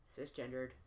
cisgendered